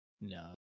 no